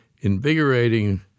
invigorating